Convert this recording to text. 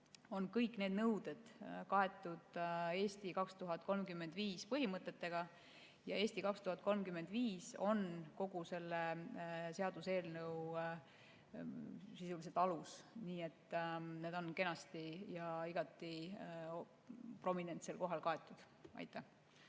on kõik need nõuded kaetud "Eesti 2035" põhimõtetega ja "Eesti 2035" on sisuliselt kogu selle seaduseelnõu alus. Nii et need on kenasti ja igati prominentsel viisil kaetud. Aitäh,